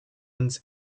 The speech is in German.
uns